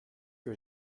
que